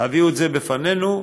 הביאו את זה בפנינו,